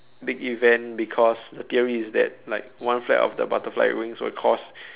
big event because the theory is that like one flap of the butterfly wings will cause